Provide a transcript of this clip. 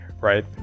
Right